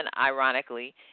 ironically